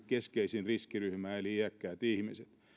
keskeisin riskiryhmä eli iäkkäät ihmiset